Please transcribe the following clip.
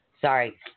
Sorry